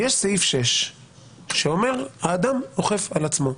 סעיף 6 אומר שהאדם אוכף על עצמו.